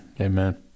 Amen